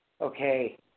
Okay